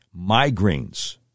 migraines